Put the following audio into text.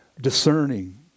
discerning